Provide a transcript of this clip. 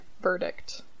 verdict